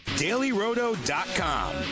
DailyRoto.com